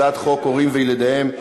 הצעת חוק הורים וילדיהם,